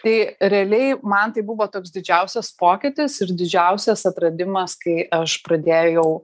tai realiai man tai buvo toks didžiausias pokytis ir didžiausias atradimas kai aš pradėjau